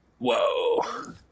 Whoa